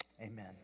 amen